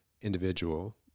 individual